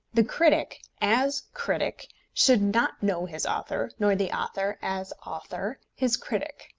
the critic, as critic, should not know his author, nor the author, as author, his critic.